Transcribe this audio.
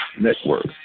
Network